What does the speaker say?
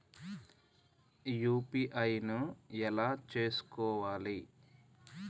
UPI ను ఎలా చేస్కోవాలి?